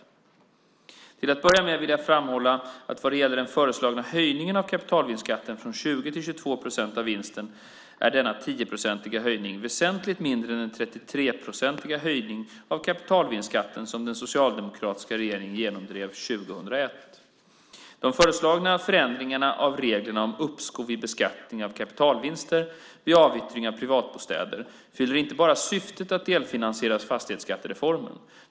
Till att börja med vill jag framhålla att vad gäller den föreslagna höjningen av kapitalvinstskatten från 20 till 22 procent av vinsten är denna 10-procentiga höjning väsentligt mindre än den 33-procentiga höjning av kapitalvinstskatten som den socialdemokratiska regeringen genomdrev 2001. De föreslagna förändringarna av reglerna om uppskov med beskattning av kapitalvinster vid avyttring av privatbostäder fyller inte bara syftet att delfinansiera fastighetsavgiftsreformen.